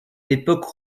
l’époque